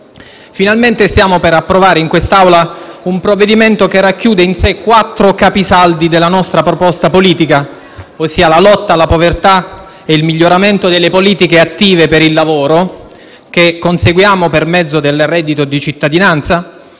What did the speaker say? Finalmente stiamo per approvare in quest'Aula un provvedimento che racchiude in sé quattro capisaldi della nostra proposta politica: la lotta alla povertà e il miglioramento delle politiche attive per il lavoro che conseguiamo per mezzo del reddito di cittadinanza,